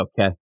okay